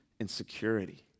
insecurity